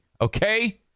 Okay